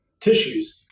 tissues